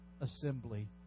assembly